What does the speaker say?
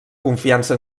confiança